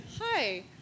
Hi